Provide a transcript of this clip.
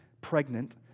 pregnant